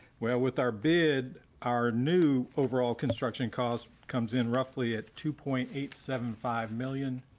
well, with our bid, our new overall construction cost comes in roughly at two point eight seven five million,